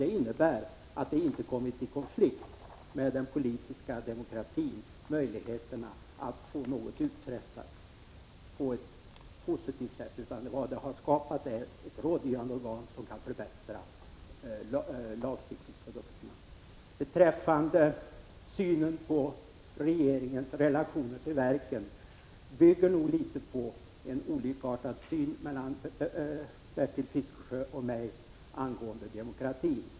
Detta innebär att lagrådet inte kommit i 27 konflikt med den politiska demokratin beträffande möjligheterna att få någonting uträttat på ett positivt sätt. Det har skapats ett rådgivande organ som kan förbättra lagstiftningsprodukterna. I fråga om regeringens relation till verken har Bertil Fiskesjö och jag litet olikartad syn angående demokratin.